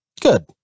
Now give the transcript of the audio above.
Good